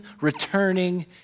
returning